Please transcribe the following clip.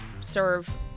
serve